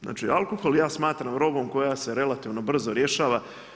Znači alkohol ja smatram robom koja se relativno brzo rješava.